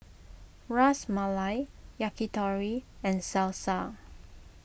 Ras Malai Yakitori and Salsa